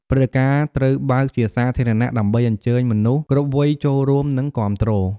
ព្រឹត្តិការណ៍ត្រូវបើកជាសាធារណៈ ដើម្បីអញ្ជើញមនុស្សគ្រប់វ័យចូលរួមនិងគាំទ្រ។